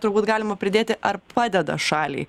turbūt galima pridėti ar padeda šaliai